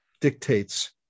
dictates